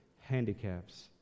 handicaps